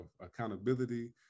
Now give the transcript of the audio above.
accountability